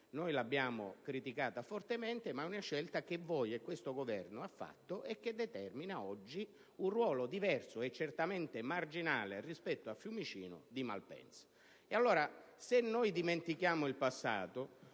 noi l'abbiamo criticata fortemente - ma è una scelta che voi e questo Governo avete fatto e che determina oggi un ruolo diverso e certamente marginale di Malpensa rispetto a Fiumicino. Se noi dimentichiamo il passato,